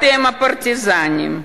אתם הפרטיזנים,